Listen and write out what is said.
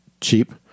cheap